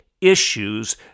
issues